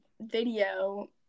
video